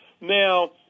now